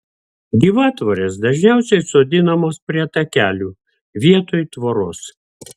gyvatvorės dažniausiai sodinamos prie takelių vietoj tvoros